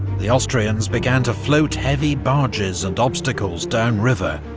the austrians began to float heavy barges and obstacles down river,